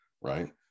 right